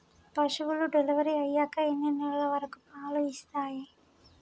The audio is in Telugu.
పశువులు డెలివరీ అయ్యాక ఎన్ని నెలల వరకు పాలు ఇస్తాయి?